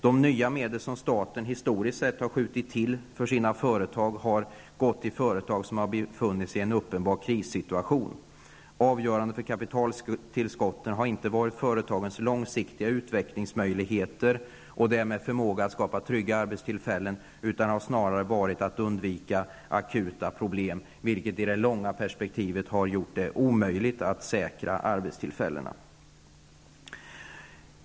De nya medel som staten historiskt sett har skjutit till för sina företag har gått till företag som befunnit sig i en uppenbar krissituation. Avgörande för kapitaltillskotten har inte varit företagens långsiktiga utvecklingsmöjligheter och därmed förmåga att skapa trygga arbetstillfällen, utan det har snarare varit fråga om att undvika akuta problem, vilkea i det långa perspektivet skulle ha gjort det omöjligt att säkra arbetstillfällena.